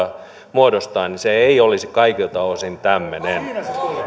muodostaa niin se ei olisi kaikilta osin tämmöinen